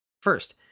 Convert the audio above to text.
First